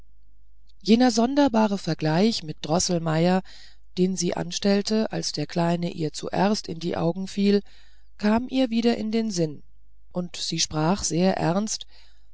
jener sonderbare vergleich mit droßelmeier den sie anstellte als der kleine ihr zuerst in die augen fiel kam ihr wieder in den sinn und sie sprach sehr ernst